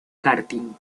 karting